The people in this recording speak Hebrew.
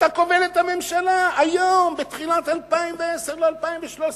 אתה כובל את הממשלה היום, בתחילת 2010, ל-2013.